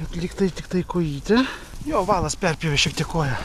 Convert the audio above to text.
bet lygtai tiktai kojytė jo valas perpjovė šiek tiek koją